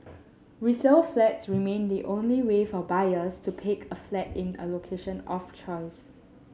resale flats remain the only way for buyers to pick a flat in a location of choice